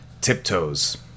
Tiptoes